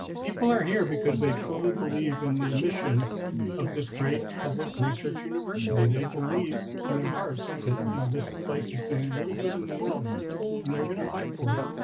people are here because they truly believe in the mission of this great public university. they believe in their hearts that you know this place is doing real good in the world and they're going to fight for it.